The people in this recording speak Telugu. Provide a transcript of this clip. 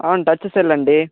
అవును టచ్ సెల్ అండి